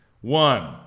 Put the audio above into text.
one